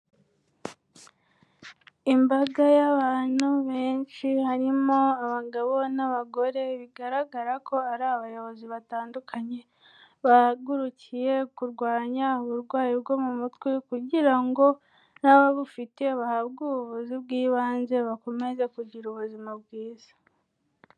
Imbaga y'abantu benshi harimo abagabo n'abagore, bigaragara ko ari abayobozi batandukanye bahagurukiye kurwanya uburwayi bwo mu mutwe, kugira ngo n'ababufite bahabwe ubuvuzi bw'ibanze, bakomeze kugira ubuzima bwiza.